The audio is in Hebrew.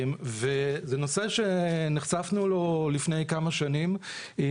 זה נושא שנחשפנו לו לפני כמה שנים.